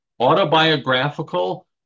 autobiographical